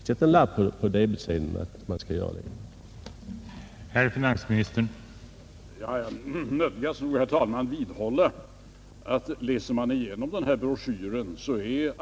Sätt en lapp på debetsedeln om att man skall kontrollera uppgifterna om erlagd preliminär skatt!